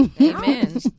amen